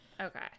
Okay